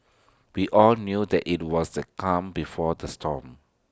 we all knew that IT was the calm before the storm